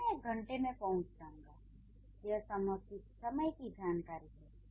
जैसे मैं एक घंटे में पहुंच जाऊँगा यह समय की जानकारी है